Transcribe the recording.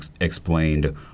explained